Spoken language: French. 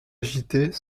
agitait